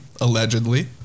allegedly